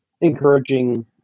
encouraging